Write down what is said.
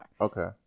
Okay